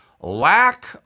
lack